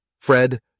Fred